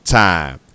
time